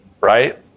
right